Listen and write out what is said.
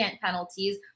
penalties